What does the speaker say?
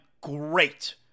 great